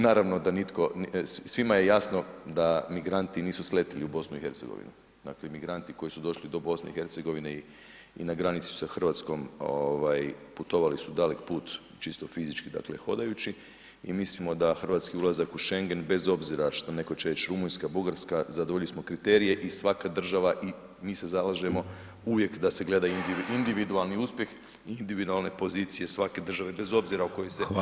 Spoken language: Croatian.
Naravno da nitko, svima je jasno da migranti nisu sletjeli u BiH, dakle migranti koji su došli do BiH i na granici su sa Hrvatskom ovaj putovali su dalek put čisto fizički, dakle hodajući i mislimo da hrvatski ulazak u Schengen bez obzira što netko će reći Rumunjska, Bugarska, zadovoljili smo kriterije i svaka država i mi se zalažemo uvijek da se gleda individualni uspjeh, individualne pozicije svake države bez obzira [[Upadica: Hvala vam.]] o kojoj se asocijaciji radi.